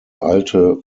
alte